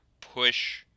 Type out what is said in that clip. push